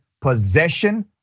possession